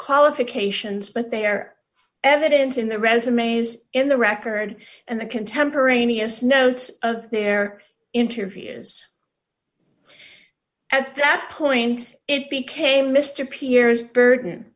qualifications but they are evident in the resumes in the record and the contemporaneous notes of their interviews at that point it became mr piers burden